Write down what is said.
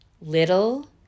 little